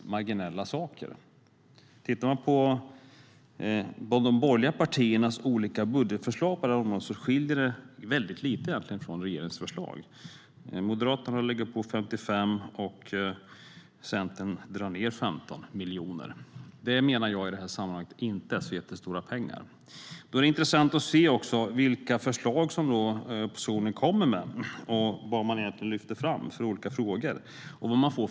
Om man tittar på de borgerliga partiernas olika budgetförslag på området ser man att de skiljer sig väldigt lite från regeringens förslag. Moderaterna lägger på 55 miljoner, och Centern drar ned med 15 miljoner. Det är inte så jättestora pengar i sammanhanget, menar jag. Det är intressant att se vilka förslag som oppositionen kommer med, vilka frågor man lyfter fram och vilka tillkännagivanden man gör.